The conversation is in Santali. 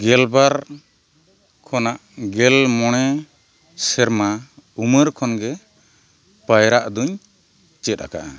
ᱜᱮᱞᱵᱟᱨ ᱠᱷᱚᱱᱟᱜ ᱜᱮᱞ ᱢᱚᱬᱮ ᱥᱮᱨᱢᱟ ᱩᱢᱟᱹᱨ ᱠᱷᱚᱱ ᱜᱮ ᱯᱟᱭᱨᱟᱜ ᱫᱚᱧ ᱪᱮᱫ ᱟᱠᱟᱜᱼᱟ